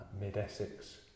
Mid-Essex